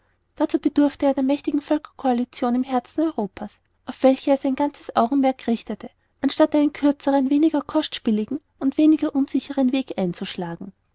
dazu bedurfte er einer mächtigen völkercoalition im herzen europa's auf welche er sein ganzes augenmerk richtete anstatt einen kürzeren weniger kostspieligen und weniger unsicheren weg einzuschlagen